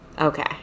Okay